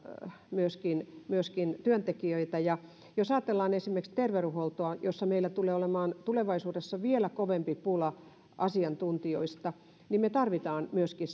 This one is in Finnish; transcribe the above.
myöskin myöskin työntekijöitä ja jos ajatellaan esimerkiksi terveydenhuoltoa jossa meillä tulee olemaan tulevaisuudessa vielä kovempi pula asiantuntijoista niin me tarvitsemme myöskin